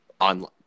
online